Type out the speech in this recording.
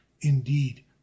Indeed